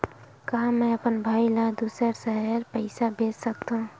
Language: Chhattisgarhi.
का मैं अपन भाई ल दुसर शहर पईसा भेज सकथव?